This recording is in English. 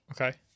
Okay